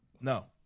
No